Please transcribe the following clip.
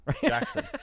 Jackson